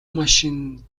машин